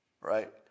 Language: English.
right